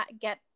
get